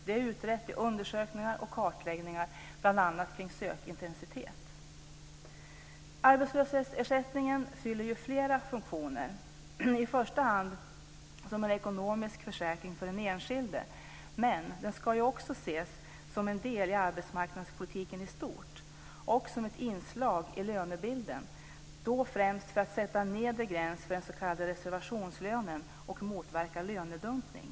Det är utrett i undersökningar och kartläggningar bl.a. Arbetslöshetsersättningen fyller flera funktioner, i första hand som en ekonomisk försäkring för den enskilde. Men den ska också ses som en del i arbetsmarknadspolitiken i stort och som ett inslag i lönebilden, då främst för att sätta en nedre gräns för den s.k. reservationslönen och motverka lönedumpning.